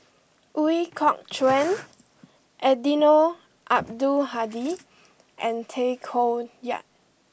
Ooi Kok Chuen Eddino Abdul Hadi and Tay Koh Yat